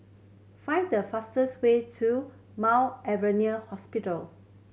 find the fastest way to Mount Alvernia Hospital